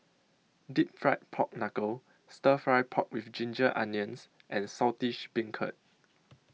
Deep Fried Pork Knuckle Stir Fry Pork with Ginger Onions and Saltish Beancurd